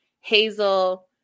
Hazel